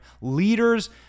leaders